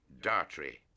Dartrey